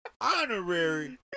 Honorary